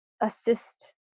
assist